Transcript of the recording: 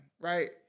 Right